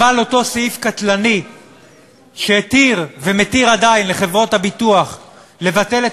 אותו סעיף קטלני שהתיר ומתיר עדיין לחברות הביטוח לבטל את